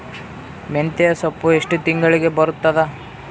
ಮೆಂತ್ಯ ಸೊಪ್ಪು ಎಷ್ಟು ತಿಂಗಳಿಗೆ ಬರುತ್ತದ?